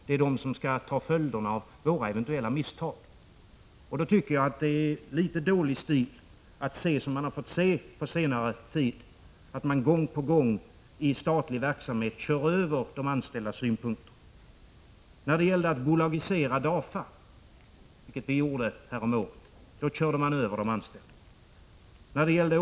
Det är de som skall ta följderna av våra eventuella misstag. Då tycker jag att det är litet dålig stil att, som man har fått se på senare tid, gång på gång i statlig verksamhet köra över de anställdas synpunkter. När det gällde att bolagisera DAFA, vilket gjordes häromåret, kördes de anställda över.